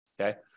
Okay